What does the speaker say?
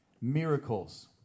Miracles